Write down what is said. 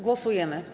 Głosujemy.